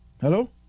hello